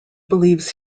believes